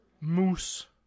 moose